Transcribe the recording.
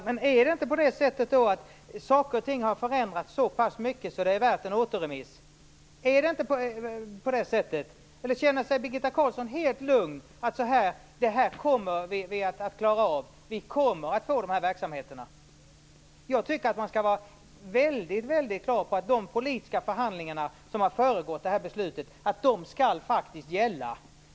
Herr talman! Är det inte så att saker och ting har förändrats så mycket att det är värt en återremiss? Känner sig Birgitta Carlsson helt lugn över att vi kommer att klara av detta, och att vi kommer att få de här verksamheterna? Jag tycker att man skall vara väldigt klar över att de politiska förhandlingar som har föregått det här beslutet faktiskt skall gälla.